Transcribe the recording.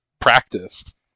practiced